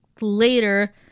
later